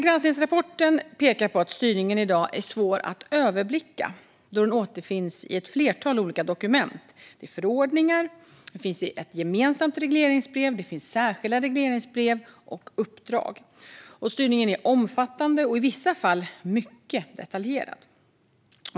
Granskningsrapporten pekar på att styrningen i dag är svår att överblicka, då den återfinns i ett flertal olika dokument: i förordningar, i ett gemensamt regleringsbrev, i särskilda regleringsbrev och i uppdrag. Styrningen är omfattande och i vissa fall mycket detaljerad.